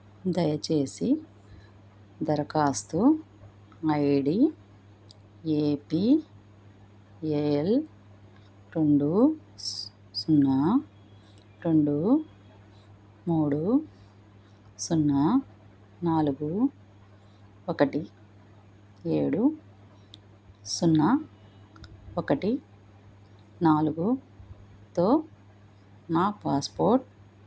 దయచేసి దరఖాస్తు I D A P A L రెండు సున్నా రెండు మూడు సున్నా నాలుగు ఒకటి ఏడు సున్నా ఒకటి నాలుగుతో నా పాస్పోర్ట్